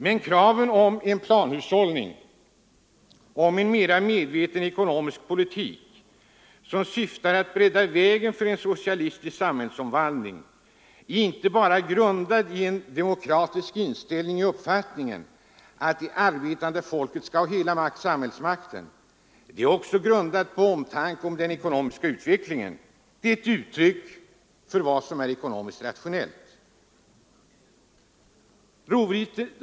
Men kraven på planhushållning och på en mera medveten ekonomisk politik, som syftar till att bereda vägen för en socialistisk samhällsomvandling, är inte bara grundade på en demokratisk inställning i uppfattningen att det arbetande folket skall ha hela samhällsmakten. De är också grundade på omtanke om den ekonomiska utvecklingen. De är ett uttryck för vad som är ekonomiskt rationellt.